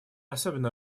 особенно